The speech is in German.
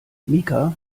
mika